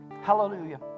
Hallelujah